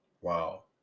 Wow